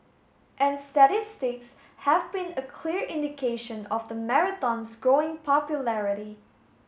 and statistics have been a clear indication of the marathon's growing popularity